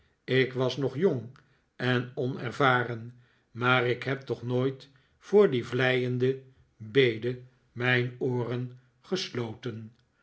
ik was nog jong en onervaren maar ik heb toch nooit voor die vleiende bede mijn ooren gesloten